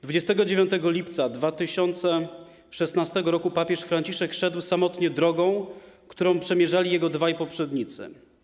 29 lipca 2016 r. papież Franciszek szedł samotnie drogą, którą przemierzyli jego dwaj poprzednicy.